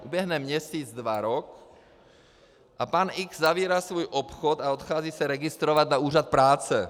Uběhne měsíc, dva, rok, a pan X zavírá svůj obchod a odchází se registrovat na úřad práce.